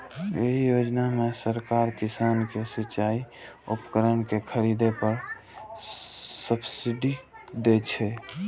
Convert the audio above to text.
एहि योजना मे सरकार किसान कें सिचाइ उपकरण के खरीद पर सब्सिडी दै छै